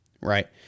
right